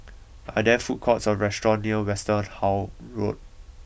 are there food courts or restaurants near Westerhout Road